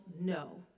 no